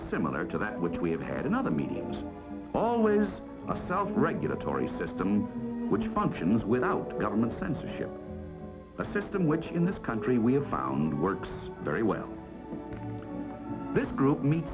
similar to that which we have had another meeting always a self regulatory system which functions without government censorship a system which in this country we have found works very well this group meet